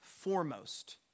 foremost